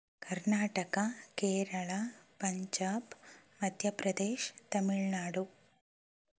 Karnataka Kerala Punjab Madhya Pradesh Tamil Nadu